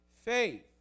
faith